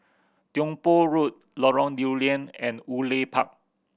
Tiong Poh Road Lorong Lew Lian and Woodleigh Park